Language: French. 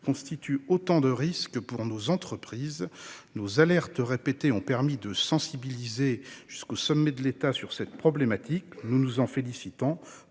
constituent autant de risques pour nos entreprises. Nos alertes répétées ont permis de sensibiliser jusqu'au sommet de l'État sur cette problématique ; nous nous en félicitons.